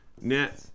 net